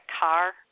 car